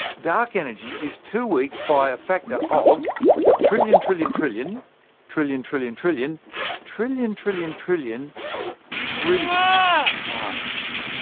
dark energy is too weak by a factor of a trillion trillion trillion trillion trillion trillion trillion trillion trillion trillion times.